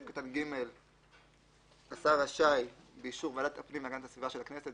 סעיף קטן (ג) "השר רשאי באישור ועדת הפנים והגנת הסביבה של הכנסת",